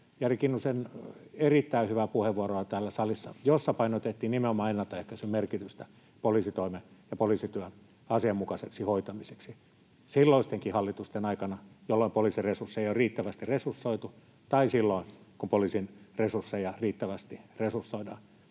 Jari Kinnusen erittäin hyvää puheenvuoroa täällä salissa, jossa painotettiin nimenomaan ennaltaehkäisyn merkitystä poliisitoimen ja poliisityön asianmukaiseksi hoitamiseksi silloistenkin hallitusten aikana, jolloin poliisin resursseja ei ole riittävästi resursoitu, tai silloin, kun poliisin resursseja riittävästi resursoidaan,